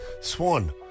Swan